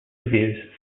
reviews